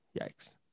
yikes